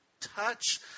touch